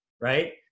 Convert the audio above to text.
Right